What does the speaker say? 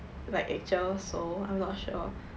like actual so I'm not sure